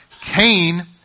Cain